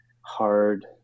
hard